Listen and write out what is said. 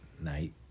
night